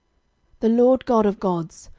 the lord god of gods,